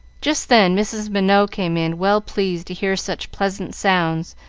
just then mrs. minot came in, well pleased to hear such pleasant sounds,